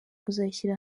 kuzashyira